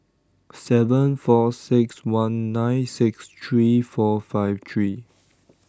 seven four six one nine six three four five three